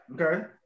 Okay